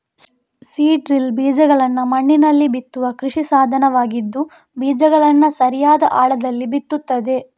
seed drill ಬೀಜಗಳನ್ನ ಮಣ್ಣಿನಲ್ಲಿ ಬಿತ್ತುವ ಕೃಷಿ ಸಾಧನವಾಗಿದ್ದು ಬೀಜಗಳನ್ನ ಸರಿಯಾದ ಆಳದಲ್ಲಿ ಬಿತ್ತುತ್ತದೆ